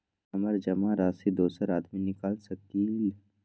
हमरा जमा राशि दोसर आदमी निकाल सकील?